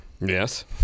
Yes